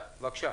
בבקשה.